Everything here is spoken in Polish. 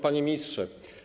Panie Ministrze!